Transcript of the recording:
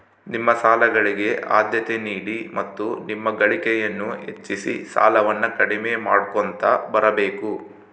ನಿಮ್ಮ ಸಾಲಗಳಿಗೆ ಆದ್ಯತೆ ನೀಡಿ ಮತ್ತು ನಿಮ್ಮ ಗಳಿಕೆಯನ್ನು ಹೆಚ್ಚಿಸಿ ಸಾಲವನ್ನ ಕಡಿಮೆ ಮಾಡ್ಕೊಂತ ಬರಬೇಕು